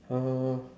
uh